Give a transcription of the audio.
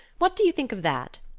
what do you think of that?